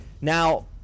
Now